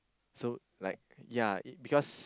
so like yea it because